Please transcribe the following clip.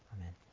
Amen